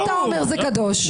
יוליה --- כמה תתפלא עוד, כמה?